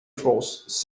cross